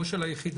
או של היחידה.